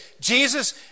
Jesus